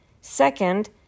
Second